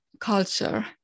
culture